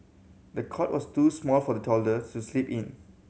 the cot was too small for the toddler to sleep in